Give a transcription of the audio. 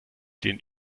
den